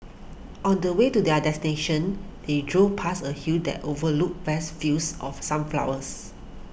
on the way to their destination they drove past a hill that overlooked vast fields of sunflowers